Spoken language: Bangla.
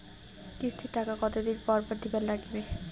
কিস্তির টাকা কতোদিন পর পর দিবার নাগিবে?